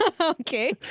okay